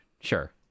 sure